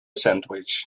sandwich